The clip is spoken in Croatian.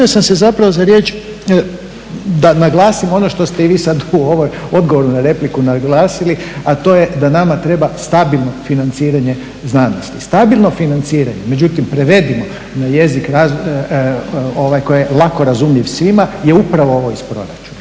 Javio sam se zapravo za riječ da naglasim ono što ste vi i sada u ovom odgovoru na repliku naglasili, a to je da nama treba stabilno financiranje znanosti. Stabilno financiranje, međutim prevedimo na jezik koji je lako razumljiv svima je upravo ovo iz proračuna,